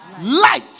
Light